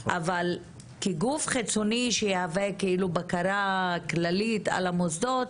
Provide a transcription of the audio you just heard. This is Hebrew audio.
אבל כגוף חיצוני שיהיה בקרה כללית על המוסדות,